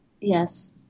Yes